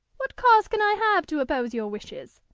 what cause can i have to oppose your wishes?